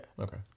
Okay